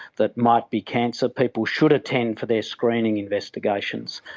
that might be cancer. people should attend for their screening investigations.